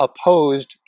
opposed